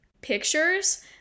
pictures